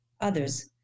others